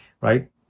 right